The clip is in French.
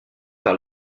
par